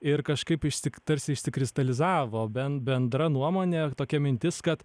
ir kažkaip išsyk tarsi išsikristalizavo bent bendra nuomonė tokia mintis kad